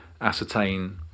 ascertain